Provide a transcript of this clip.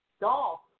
Dolph